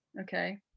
Okay